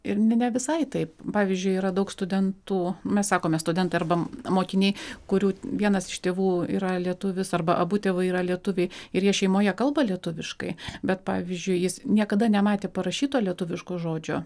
ir ne ne visai taip pavyzdžiui yra daug studentų mes sakome studentai arba mokiniai kurių vienas iš tėvų yra lietuvis arba abu tėvai yra lietuviai ir jie šeimoje kalba lietuviškai bet pavyzdžiui jis niekada nematė parašyto lietuviško žodžio